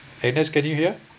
agnes can you hear